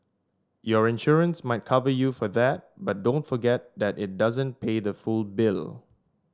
your insurance might cover you for that but don't forget that it doesn't pay the full bill